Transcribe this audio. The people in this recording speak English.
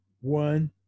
One